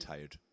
Tired